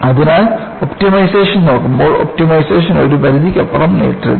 അതിനാൽ ഒപ്റ്റിമൈസേഷൻ നോക്കുമ്പോൾ ഒപ്റ്റിമൈസേഷൻ ഒരു പരിധിക്കപ്പുറം നീട്ടരുത്